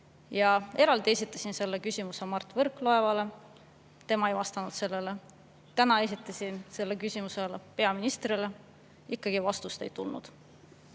Esitasin selle küsimuse Mart Võrklaevale, tema ei vastanud sellele. Täna esitasin selle küsimuse peaministrile, ikkagi vastust ei tulnud.